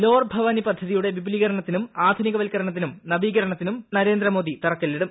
lower Bhavani പദ്ധതിയുടെ വിപുലീകരണത്തിനും ആധുനിക വൽക്കരണത്തിനും നവീകരണത്തിനും നരേന്ദ്രമോദി തറക്കല്ലിടും